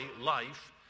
Life